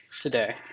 today